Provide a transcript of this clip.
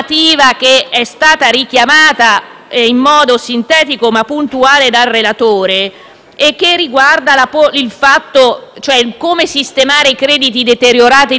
in modo sintetico ma puntuale, dal relatore, su come sistemare i crediti deteriorati delle banche, tanto per intendersi,